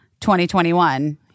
2021